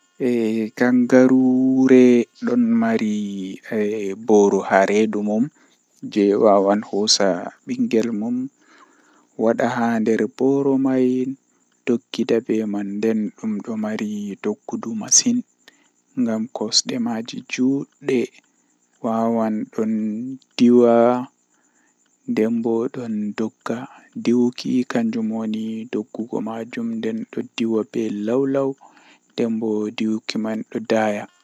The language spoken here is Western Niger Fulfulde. Ndikkinami mi darna wakkati dow mi lorna wakkati man baawo ngam to mi lorni wakkati man baawo ko arti fe'e haa baawo man fuu kanjum on lorata fe'a haa woodi ko fe'e beldum woodi ko fe'e velai nden mi arti mi laari ngamman ndikka mi darni wakkati man dara